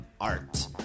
art